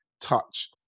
touch